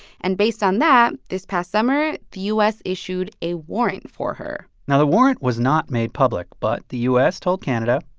and based on that, this past summer, the u s. issued a warrant for her now, the warrant was not made public, but the u s. told canada,